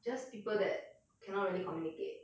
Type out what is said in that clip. just people that cannot really communicate